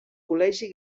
col·legi